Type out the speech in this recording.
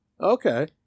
Okay